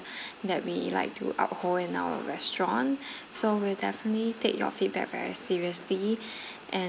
that we like to uphold in our restaurant so we'll definitely take your feedback very seriously and